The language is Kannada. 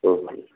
ಹ್ಞೂ ಹ್ಞೂ